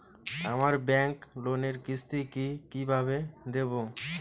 আমার ব্যাংক লোনের কিস্তি কি কিভাবে দেবো?